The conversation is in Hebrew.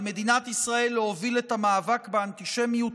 על מדינת ישראל להוביל את המאבק באנטישמיות